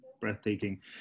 breathtaking